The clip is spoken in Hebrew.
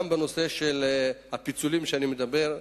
גם בנושא הפיצולים שאני מדבר עליהם,